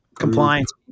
compliance